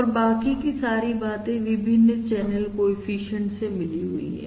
और बाकी की सारी बातें विभिन्न चैनल कोएफिशिएंट से मिली हुई है